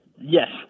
Yes